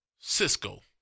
Cisco